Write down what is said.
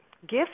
gift